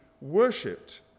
worshipped